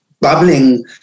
bubbling